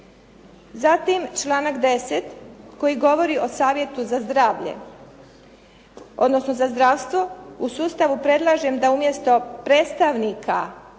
Zatim članak 10. koji govori o savjetu za zdravlje, odnosno za zdravstvo. U sustavu predlažem da umjesto predstavnika